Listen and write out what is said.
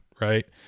Right